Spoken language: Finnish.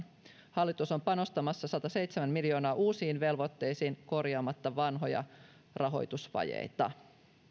hallitus on panostamassa sataseitsemän miljoonaa uusiin velvoitteisiin korjaamatta vanhoja rahoitusvajeita